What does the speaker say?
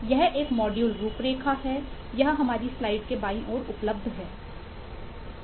यह एक मॉड्यूल रूपरेखा है यह हमारी स्लाइड के बाईं ओर उपलब्ध होगी